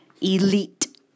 Elite